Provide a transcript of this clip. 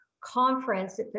conference